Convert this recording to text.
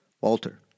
walter